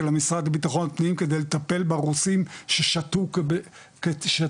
למשרד ביטחון פנים כדי לטפל ברוסים ששתו אלכוהול,